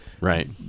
right